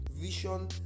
vision